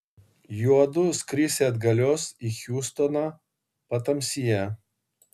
juodu skrisią atgalios į hjustoną patamsyje